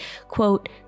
quote